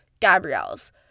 Gabrielle's